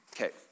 Okay